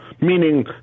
Meaning